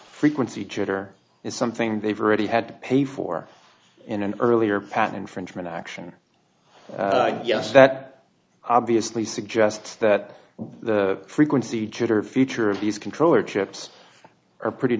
frequency jitter is something they've already had to pay for in an earlier patent infringement action i guess that obviously suggests that the frequency jitter feature of these controller chips are pretty